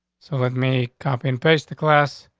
so let me copy and paste the class.